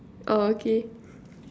oh okay